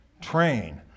train